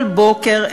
כל בוקר,